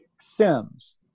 SIMS